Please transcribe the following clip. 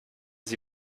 sie